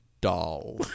doll